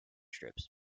strips